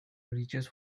reaches